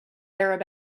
arab